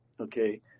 okay